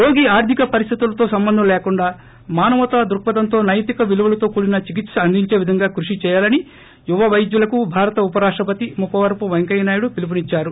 రోగి ఆర్గిక పరిస్లితులతో సంబంధం లేకుండా మానవతా దృక్పదంతో నైతిక విలువలితో కూడిన చికిత్స అందించే విధంగా కృషి చేయాలని యువ వైద్యులకు భారత ఉప రాష్టపతి ముప్పువరపు వెంకయ్య నాయుడు పిలుపునిచ్చారు